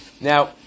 Now